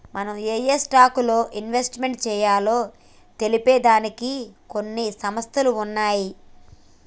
మనం ఏయే స్టాక్స్ లో ఇన్వెస్ట్ చెయ్యాలో తెలిపే దానికి కొన్ని సంస్థలు ఉన్నయ్యి